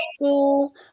school